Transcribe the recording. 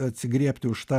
atsigriebti už tą